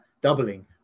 doubling